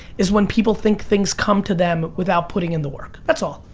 is when people think things come to them without putting in the work, that's all,